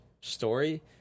story